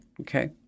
Okay